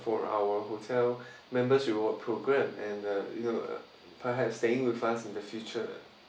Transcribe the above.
for our hotel members reward program and uh you know uh perhaps staying with us in the future